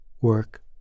work